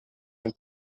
ein